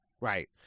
Right